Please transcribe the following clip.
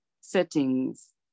settings